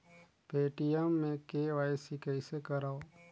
Paytm मे KYC कइसे करव?